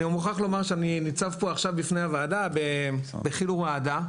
אני מוכרח לומר שאני ניצב פה עכשיו בפני הוועדה בחיל ורעדה,